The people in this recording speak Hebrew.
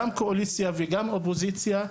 גם מהקואליציה וגם מהאופוזיציה,